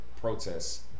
protests